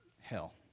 hell